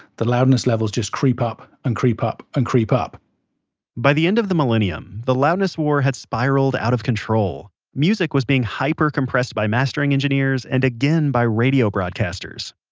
the loudness levels just creep up, and creep up, and creep up by the end of the millenium, the loudness war had spiralled out of control. music was being hyper-compressed by mastering engineers, and again by radio broadcasters.